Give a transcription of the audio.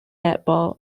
netball